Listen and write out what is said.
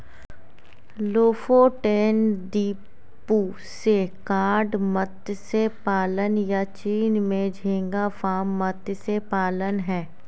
Lofoten द्वीपों से cod मत्स्य पालन, या चीन में झींगा फार्म मत्स्य पालन हैं